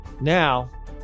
Now